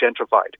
gentrified